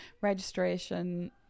registration